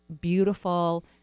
beautiful